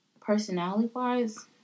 personality-wise